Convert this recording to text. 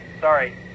Sorry